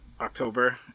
October